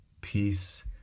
peace